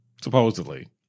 Supposedly